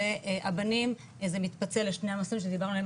והבנים זה מתפצל לשני מסלולים שדיברנו עליהם